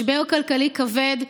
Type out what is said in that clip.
משבר כלכלי כבד,